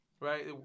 Right